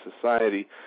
society